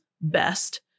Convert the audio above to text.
best